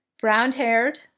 brown-haired